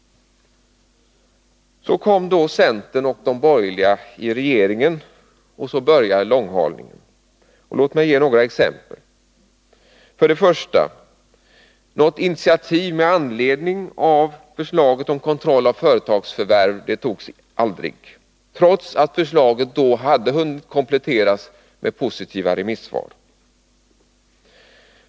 Så kom centern och de borgerliga i regeringsställning, och så började långhalningen. Låt mig ge några exempel. För det första: Något initiativ med anledning av förslaget om kontroll av företagsförvärv togs aldrig, trots att förslaget då hade hunnit kompletteras med positiva remissvar.